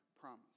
promise